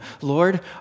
Lord